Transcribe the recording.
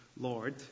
lord